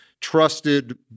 trusted